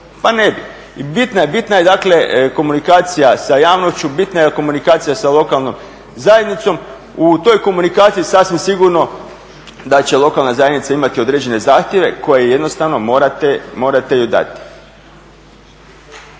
bitna je dakle komunikacija sa javnošću, bitan je komunikacija sa lokalnom zajednicom. U toj komunikaciji sasvim sigurno da će lokalna zajednica imati određene zahtjeve koje jednostavno morate joj dati.